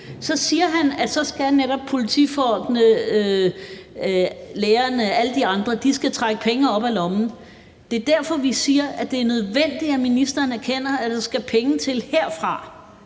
så skal netop politifolkene, lærerne, alle de andre, trække penge op af lommen. Det er derfor, vi siger, at det er nødvendigt, at ministeren erkender, at der skal penge til herfra.